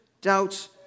doubts